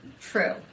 true